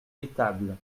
étables